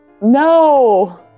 No